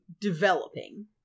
developing